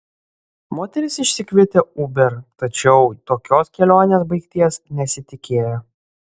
moteris išsikvietė uber tačiau tokios kelionės baigties nesitikėjo